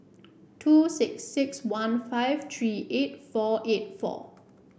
two six six one five three eight four eight four